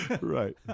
Right